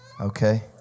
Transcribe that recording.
Okay